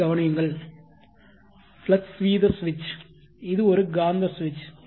இதைக் கவனியுங்கள் ஃப்ளக்ஸ் வீத சுவிட்ச் இது ஒரு காந்த சுவிட்ச்